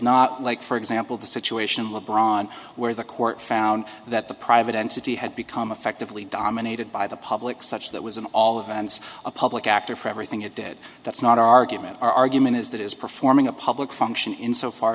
not like for example the situation le bron where the court found that the private entity had become effectively dominated by the public such that was in all of the hands a public actor for everything it did that's not our argument our argument is that is performing a public function in so far